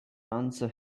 answer